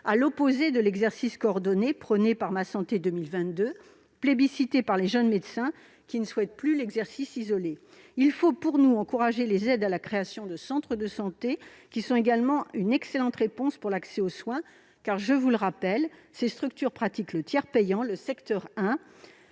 à l'opposé de l'exercice coordonné prôné par le plan Ma santé 2022 et plébiscité par les jeunes médecins, qui ne souhaitent plus exercer isolément leur métier. Pour nous, il faut encourager les aides à la création de centres de santé, qui sont également une excellente réponse en matière d'accès aux soins, car, je vous le rappelle, ces structures pratiquent le tiers payant- le secteur 1